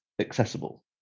accessible